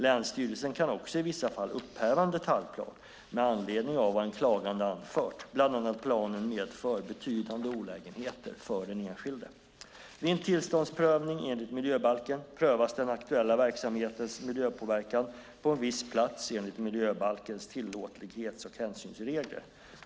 Länsstyrelsen kan också i vissa fall upphäva en detaljplan med anledning av vad en klagande anfört, bland annat att planen medför betydande olägenheter för den enskilde. Vid en tillståndsprövning enligt miljöbalken prövas den aktuella verksamhetens miljöpåverkan på en viss plats enligt miljöbalkens tillåtlighets och hänsynsregler.